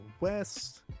west